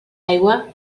aigua